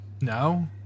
no